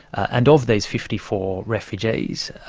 and of these fifty four refugees,